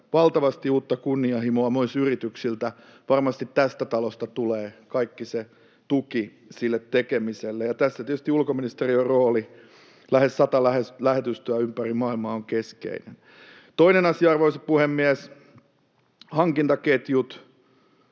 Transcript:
valtavasti uutta kunnianhimoa, myös yrityksiltä. Varmasti tästä talosta tulee kaikki tuki sille tekemiselle, ja tässä tietysti ulkoministeriön rooli — lähes sata lähetystöä ympäri maailmaa — on keskeinen. Toinen asia, arvoisa puhemies, hankintaketjut: